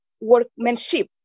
workmanship